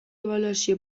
ebaluazio